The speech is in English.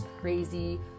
crazy